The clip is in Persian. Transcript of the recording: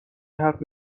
حرف